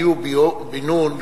אליהוא בן-און,